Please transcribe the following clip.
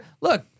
Look